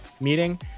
meeting